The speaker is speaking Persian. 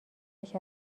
روش